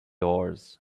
oars